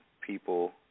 people